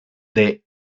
the